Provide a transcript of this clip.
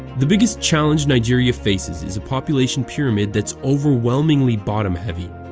the biggest challenge nigeria faces is a population pyramid that's overwhelmingly bottom heavy.